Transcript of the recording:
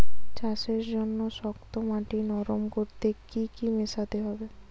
চাষের জন্য শক্ত মাটি নরম করতে কি কি মেশাতে হবে?